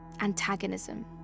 antagonism